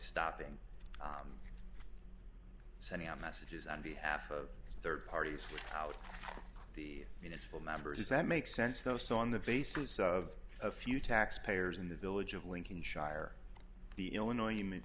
stopping sending out messages on behalf of rd parties without the uniform numbers that make sense though so on the basis of a few tax payers in the village of lincoln shire the illinois hum